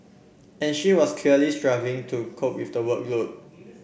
and she was clearly struggling to cope with the workload